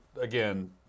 again